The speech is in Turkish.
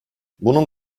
bunun